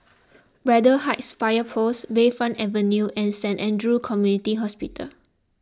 Braddell Heights Fire Post Bayfront Avenue and Saint andrew's Community Hospital